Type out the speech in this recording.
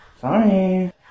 Sorry